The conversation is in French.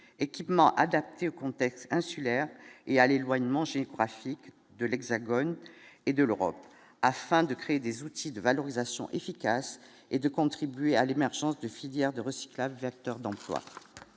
équipements adaptés au contexte insulaire et à l'éloignement chez Koissy de l'Hexagone et de l'Europe afin de créer des outils de valorisation efficace et de contribuer à l'émergence de filières de recyclage, acteur d'emplois